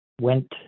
went